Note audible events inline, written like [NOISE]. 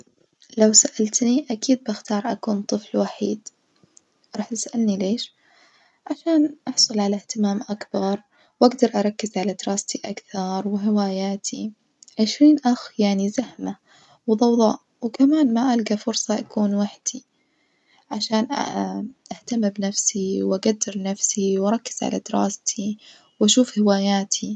لو سألتني أكيد بختار أكون طفل وحيد راح تسألني ليش، عشان أحصل على اهتمام أكبر وأجدر أركز على دراستي أكثر وهواياتي، عشرين أخ يعني زحمة وظوظاء وكمان ما ألجى فرصة أكون وحدي عشان [HESITATION] أهتم بنفسي وأجدر نفسي وأركز على دراستي وأشوف هواياتي.